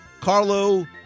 Carlo